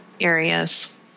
areas